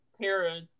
Tara